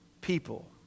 people